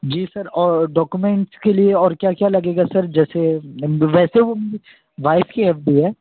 जी sir और documents के लिए और क्या क्या लगेगा सर जैसे वैसे वो वाइफ की एफ डी है